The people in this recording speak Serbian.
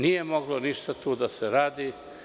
Nije moglo ništa tu da se radi.